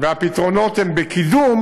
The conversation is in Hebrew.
והפתרונות הם בקידום,